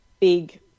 big –